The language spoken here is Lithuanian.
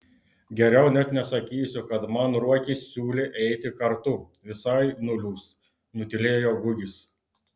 geriau net nesakysiu kad man ruokis siūlė eiti kartu visai nuliūs nutylėjo gugis